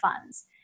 funds